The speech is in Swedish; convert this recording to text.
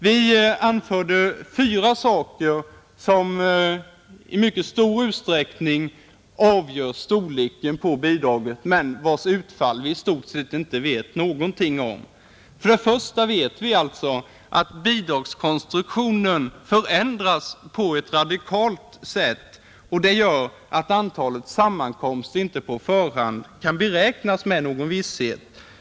Vi anförde fyra saker som i mycket stor utsträckning avgör storleken på bidraget, vars utfall vi dock i stort sett inte vet någonting om. För det första vet vi att bidragskonstruktionen förändras på ett radikalt sätt, vilket gör att antalet sammankomster inte på förhand kan beräknas med någon visshet.